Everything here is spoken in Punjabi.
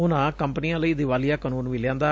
ਉਨੂਾਂ ਕੰਪਨੀਆਂ ਲਈ ਦਿਵਾਲੀਆ ਕਾਨੂੰਨ ਵੀ ਲਿਆਂਦਾ